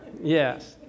Yes